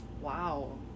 Wow